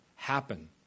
happen